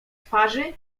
twarzy